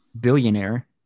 billionaire